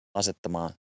asettamaan